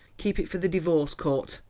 keep it for the divorce court,